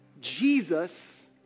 Jesus